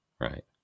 right